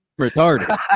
retarded